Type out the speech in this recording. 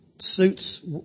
suits